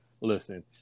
listen